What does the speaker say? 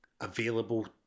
available